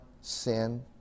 sin